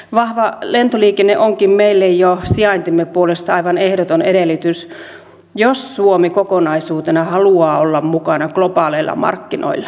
vahva lentoliikenne onkin meille jo sijaintimme puolesta aivan ehdoton edellytys jos suomi kokonaisuutena haluaa olla mukana globaaleilla markkinoilla